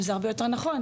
וזה הרבה יותר נכון,